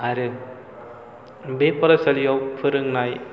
आरो बे फरायसालियाव फोरोंनाय